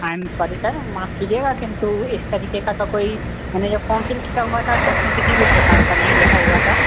आई म sorry sir माफ़ कीजिएगा किन्तु इस तरिके का कोई जब काउंसिल किया हुआ था तो उसमें किसी भी प्रकार का नहीं लिखा हुआ था